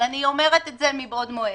אבל אני אומרת את זה מבעוד מועד,